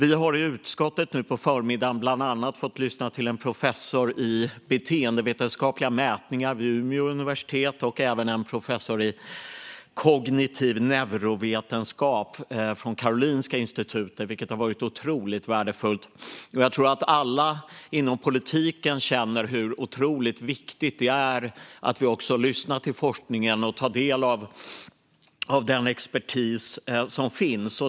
I utskottet har vi under förmiddagen fått lyssna på bland annat en professor i beteendevetenskapliga mätningar vid Umeå universitet och även en professor i kognitiv neurovetenskap från Karolinska institutet, vilket har varit otroligt värdefullt. Jag tror att alla inom politiken känner hur otroligt viktigt det är att lyssna till forskningen och ta del av den expertis som finns.